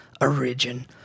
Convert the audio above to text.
origin